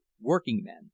WORKING-MEN